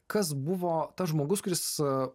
kas buvo tas žmogus kuris